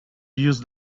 use